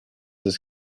his